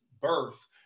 birth